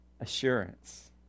assurance